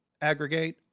aggregate